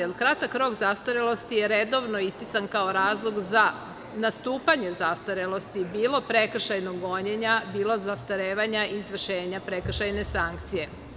Jer, kratak rok zastarelosti je redovno istican kao razlog za nastupanje zastarelosti bilo prekršajnog gonjenja bilo zastarevanja izvršenja prekršajne sankcije.